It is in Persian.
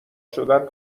شدن